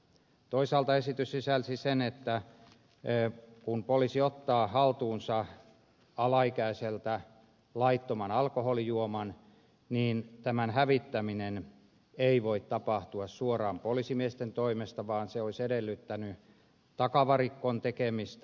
toisaalta esitys sisälsi sen että kun poliisi ottaa haltuunsa alaikäiseltä laittoman alkoholijuoman niin tämän hävittäminen ei voi tapahtua suoraan poliisimiesten toimesta vaan se olisi edellyttänyt takavarikon tekemistä